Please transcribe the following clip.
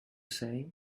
say